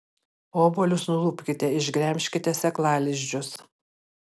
obuolius nulupkite išgremžkite sėklalizdžius